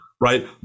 Right